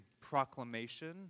proclamation